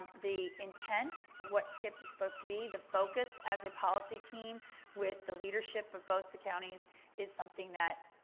the intent of what so it's supposed to be, the focus as a policy team with the leadership of both the counties is something that